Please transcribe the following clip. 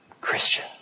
Christian